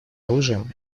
оружием